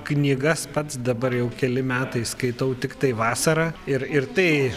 knygas pats dabar jau keli metai skaitau tiktai vasarą ir ir tai